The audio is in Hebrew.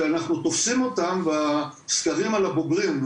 שאנחנו תופסים אותם בסקרים על הבוגרים,